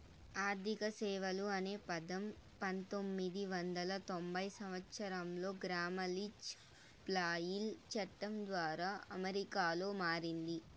ఆర్థిక సేవలు అనే పదం పంతొమ్మిది వందల తొంభై సంవచ్చరంలో గ్రామ్ లీచ్ బ్లెయిలీ చట్టం ద్వారా అమెరికాలో మారింది